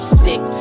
sick